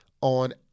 on